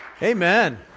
amen